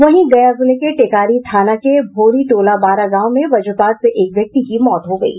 वहीं गया जिले के टेकारी थाना के भोरी टोला बारा गांव में वज्रपात से एक व्यक्ति की मौत हो गयी